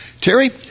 Terry